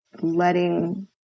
letting